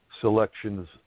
Selections